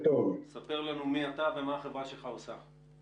ספר לנו מי אתה ומה החברה שלך עושה.